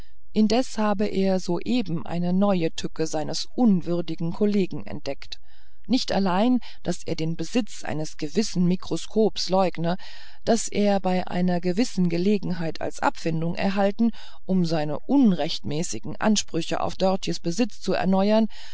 indessen habe er so eben eine neue tücke seines unwürdigen kollegen entdeckt nicht allein daß er den besitz eines gewissen mikroskops leugne das er bei einer gewissen gelegenheit als abfindung erhalten um seine unrechtmäßige ansprüche auf dörtjes besitz zu erneuern